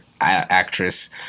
actress